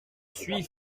suis